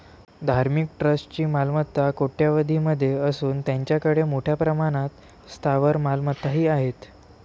धार्मिक ट्रस्टची मालमत्ता कोट्यवधीं मध्ये असून त्यांच्याकडे मोठ्या प्रमाणात स्थावर मालमत्ताही आहेत